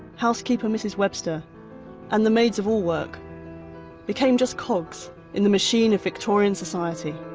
housekeeper mrs webster and the maids-of-all work became just cogs in the machine of victorian society.